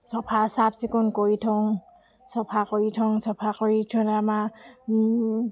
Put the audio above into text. চফা চাফ চিকুণ কৰি থওঁ চফা কৰি থওঁ চফা কৰি থ'লে আমাৰ